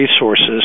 resources